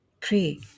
pray